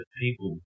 people